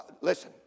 listen